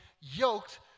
yoked